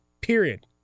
period